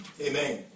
Amen